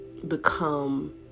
become